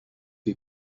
you